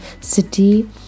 city